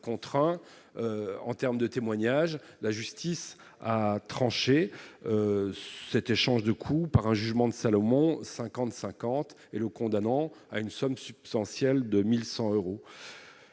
contre 1 en terme de témoignage, la justice a tranché cet échange de coups par un jugement de Salomon 50 50 et le condamnant à une somme substantielle de 1100 euros